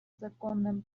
законным